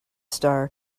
star